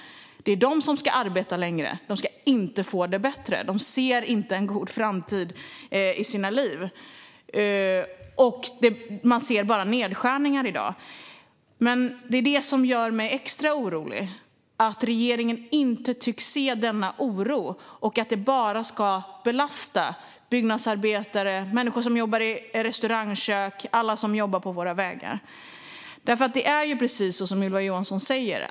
Det är de som ska arbeta längre. De ska inte få det bättre. De ser inte en god framtid i sina liv. Man ser bara nedskärningar i dag. Det som gör mig extra orolig är att regeringen inte tycks se denna oro och att det bara ska belasta byggnadsarbetare, människor som jobbar i restaurangkök och alla som jobbar på våra vägar. Det är precis som Ylva Johansson säger.